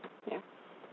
yeah